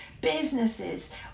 businesses